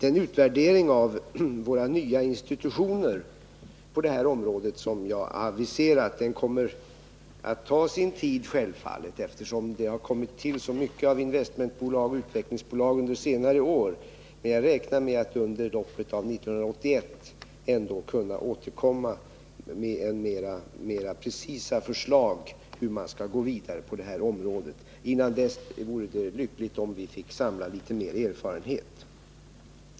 Den utvärdering av våra nya institutioner på det här området som jag aviserat kommer självfallet att ta sin tid, eftersom det kommit till så mycket av investmentbolag och utvecklingsbolag under senare år, men jag räknar med att under loppet av 1981 ändå kunna återkomma med mera precisa förslag om hur man skall gå vidare på det här området. Innan dess vore det lyckligt om vi fick samla litet mer erfarenhet.